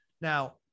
Now